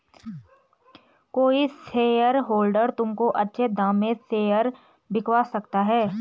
कोई शेयरहोल्डर तुमको अच्छे दाम में शेयर बिकवा सकता है